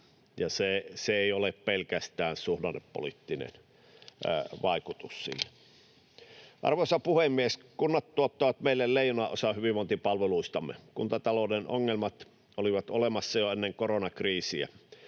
se ei ole pelkästään suhdannepoliittinen vaikutus. Arvoisa puhemies! Kunnat tuottavat meille leijonanosan hyvinvointipalveluistamme. Kuntatalouden ongelmat olivat olemassa jo ennen koronakriisiä.